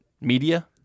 media